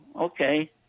okay